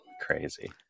crazy